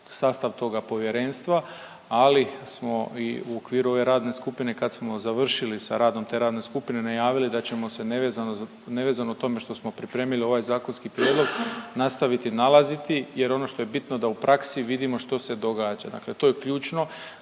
sastav toga povjerenstva, ali smo i u okviru ove radne skupine kad smo završili sa radom te radne skupine najavili da ćemo se nevezano za, nevezano tome što smo pripremili ovaj zakonski prijedlog nastaviti nalaziti jer ono što je bitno da u praksi vidimo što se događa. Dakle, to je ključno